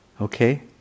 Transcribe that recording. okay